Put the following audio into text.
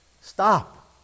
Stop